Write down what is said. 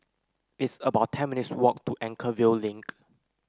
it's about ten minutes' walk to Anchorvale Link